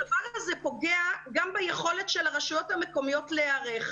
הדבר הזה פוגע גם ביכולת של הרשויות המקומיות להיערך,